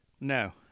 no